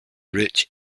rich